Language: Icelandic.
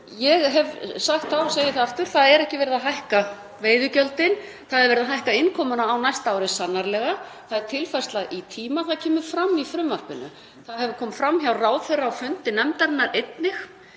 Ég hef sagt það og segi það aftur: Það er ekki verið að hækka veiðigjöldin, það er verið að hækka innkomuna á næsta ári, sannarlega. Það er tilfærsla í tíma og það kemur fram í frumvarpinu og það kom einnig fram hjá ráðherra á fundi nefndarinnar.